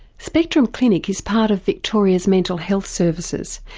spectrum clinic is part of victoria's mental health services.